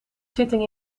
zitting